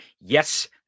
Yes